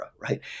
right